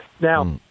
Now